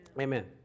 amen